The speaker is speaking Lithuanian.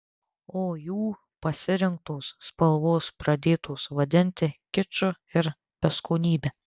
o jų pasirinktos spalvos pradėtos vadinti kiču ir beskonybe